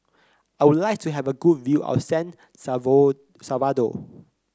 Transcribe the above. I would like to have a good view of San Salvador